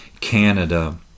Canada